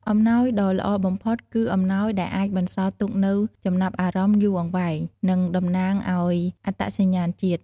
អំណោយដ៏ល្អបំផុត គឺអំណោយដែលអាចបន្សល់ទុកនូវចំណាប់អារម្មណ៍យូរអង្វែង និងតំណាងឱ្យអត្តសញ្ញាណជាតិ។